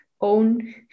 own